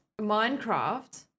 Minecraft